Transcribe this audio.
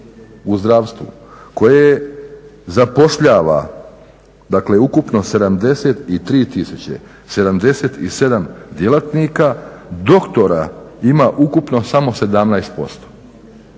u zdravstvu koje zapošljava ukupno 73 tisuće 77 djelatnika doktora ima ukupno samo 17%.